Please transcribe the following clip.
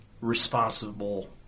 responsible